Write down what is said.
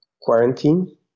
quarantine